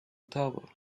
tower